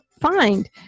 find